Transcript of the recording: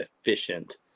efficient